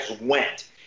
went